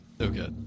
Okay